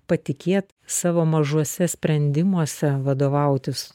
patikėt savo mažuose sprendimuose vadovautis